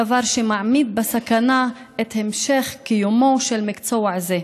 דבר שמעמיד בסכנה את המשך קיומו של מקצוע זה.